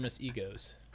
egos